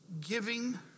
giving